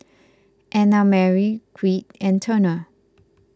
Annamarie Creed and Turner